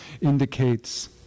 indicates